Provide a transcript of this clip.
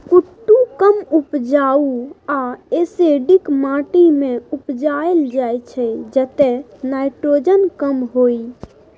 कुट्टू कम उपजाऊ आ एसिडिक माटि मे उपजाएल जाइ छै जतय नाइट्रोजन कम होइ